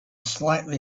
slightly